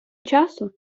часу